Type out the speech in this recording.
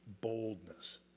boldness